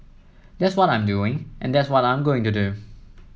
that's what I'm doing and that's what I'm going to do